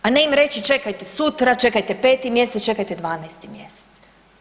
A ne im reći čekajte sutra, čekajte 5. mj., čekajte 12. mjesec.